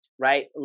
right